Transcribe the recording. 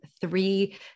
three